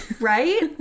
Right